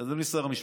אדוני שר המשפטים,